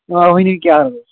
آ ؤنِو کیٛاہ اوس